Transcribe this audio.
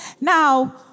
Now